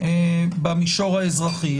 במישור האזרחי,